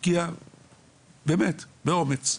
הגיע באומץ,